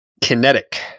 Kinetic